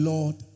Lord